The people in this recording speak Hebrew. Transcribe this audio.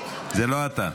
זה לא הוא מתחתן.